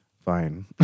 Fine